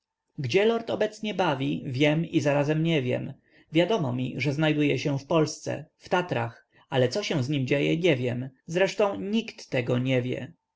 gdzie lord obecnie bawi wiem i zarazem nie wiem wiadomo mi że znajduje się w polsce w tatrach ale co się z nim dzieje nie wiem zresztą nikt tego nie wie